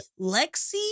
Lexi